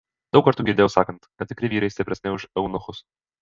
daug kartų girdėjau sakant kad tikri vyrai stipresni už eunuchus